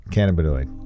Cannabinoid